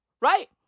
Right